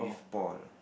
ball